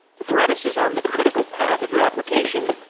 if redis is on the critical path of your application,